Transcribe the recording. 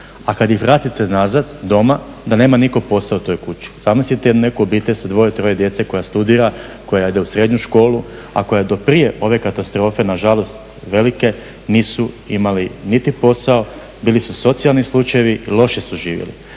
a kad ih vratite nazad doma, da nema nitko posao u toj kući. Zamislite neku obitelj sa dvoje, troje djece koja studira, koja ide u srednju školu, a koja do prije ove katastrofe, nažalost velike, nisu imali niti posao, bili socijalni slučajevi, loše su živjeli.